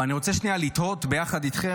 אבל אני רוצה שנייה לתהות ביחד איתכם,